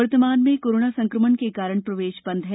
वर्तमान में कोरोना संक्रमण के कारण प्रवेश बन्द है